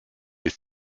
ist